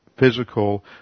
physical